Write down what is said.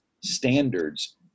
standards